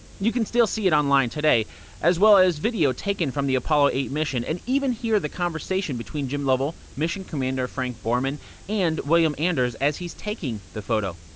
you can still see it online, as well as video taken from the apollo eight mission and even hear the conversation between jim lovell, mission commander frank borman and william anders as he's taking the photo.